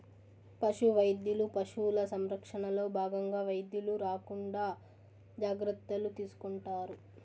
పశు వైద్యులు పశువుల సంరక్షణలో భాగంగా వ్యాధులు రాకుండా జాగ్రత్తలు తీసుకుంటారు